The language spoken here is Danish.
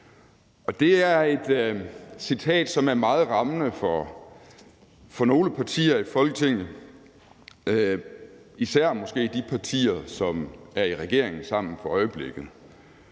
Det er et citat, som er meget rammende for nogle partier i Folketinget, især måske de partier, som er i regering sammen for øjeblikket.